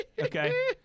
okay